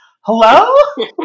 Hello